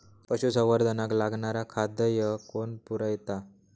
पशुसंवर्धनाक लागणारा खादय कोण पुरयता?